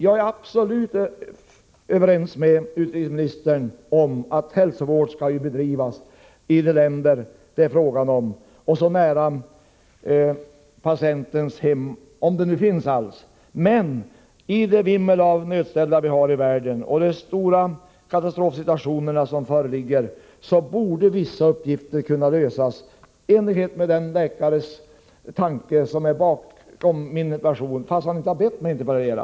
Jag är absolut överens med utrikesministern om att hälsovård skall bedrivas i de länder det är fråga om och så nära patientens hem som möjligt, om han nu har ett hem. Men i det vimmel av nödställda som finns i världen och mot bakgrund av de stora katastrofsituationer som föreligger borde vissa uppgifter kunna lösas i enlighet med den läkares tankar som ligger bakom mina förslag — han har emellertid inte bett mig att interpellera.